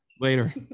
Later